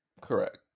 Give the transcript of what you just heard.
Correct